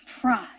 pride